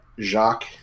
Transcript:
Jacques